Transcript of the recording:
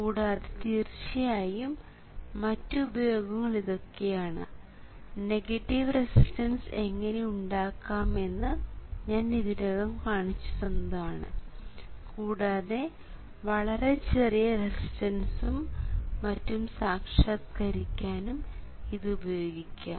കൂടാതെ തീർച്ചയായും മറ്റ് ഉപയോഗങ്ങൾ ഇതൊക്കെയാണ് നെഗറ്റീവ് റെസിസ്റ്റൻസ് എങ്ങനെ ഉണ്ടാക്കാമെന്ന് ഞാൻ ഇതിനകം കാണിച്ചുതന്നതാണ് കൂടാതെ വളരെ ചെറിയ റെസിസ്റ്റൻസും മറ്റും സാക്ഷാത്കരിക്കാനും ഇത് ഉപയോഗിക്കാം